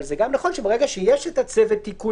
אבל זה גם נכון שברגע שיש את צוות תיקון